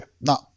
no